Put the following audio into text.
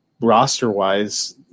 Roster-wise